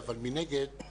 אבל מנגד,